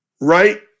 right